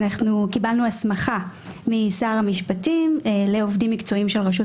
קיבלנו הסמכה משר המשפטים לעובדים מקצועיים של רשות